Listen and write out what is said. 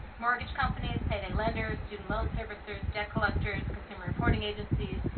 mortgage companies, payday lenders, student loan servicers, debt collectors, consumer reporting agencies,